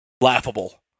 Laughable